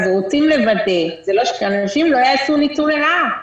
אז רוצים לוודא, שאנשים לא יעשו ניצול לרעה.